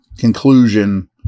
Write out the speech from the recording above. conclusion